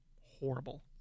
horrible